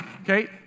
Okay